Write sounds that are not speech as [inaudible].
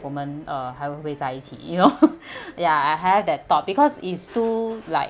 wo men uh hai hui bu hui zai yi qi you know [noise] ya I have that thought because it's too like